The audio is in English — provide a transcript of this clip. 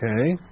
Okay